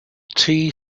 tea